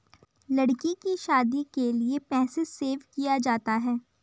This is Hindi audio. लड़की की शादी के लिए पैसे सेव किया जाता है